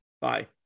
bye